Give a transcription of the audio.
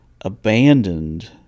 abandoned